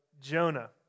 Jonah